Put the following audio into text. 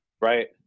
right